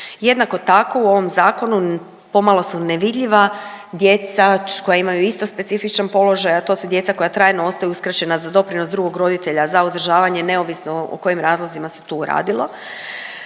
Jednako tako u ovom zakonu pomalo su nevidljiva djeca koja imaju isto specifičan položaj, a to su djeca koja trajno ostaju uskraćena za doprinos drugog roditelja za uzdržavanje neovisno o kojim razlozima se tu radilo.